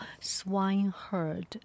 swineherd